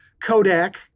Kodak